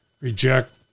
reject